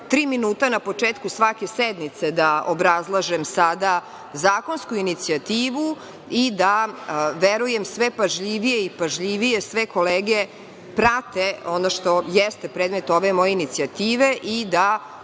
tri minuta na početku svake sednice da obrazlažem sada zakonsku inicijativu i da, verujem, sve pažljivije i pažljivije sve kolege prate, što jeste predmet ove moje inicijative, i da